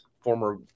former